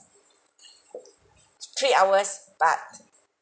three hours but